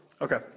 Okay